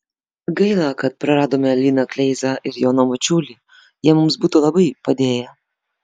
gaila kad praradome liną kleizą ir joną mačiulį jie mums būtų labai padėję